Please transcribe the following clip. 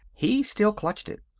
he still clutched it.